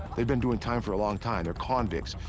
they've been doing time for a long time. they're convicts.